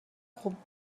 خوب